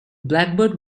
blackbird